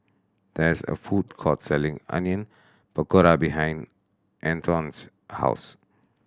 there is a food court selling Onion Pakora behind Antone's house